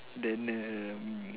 then um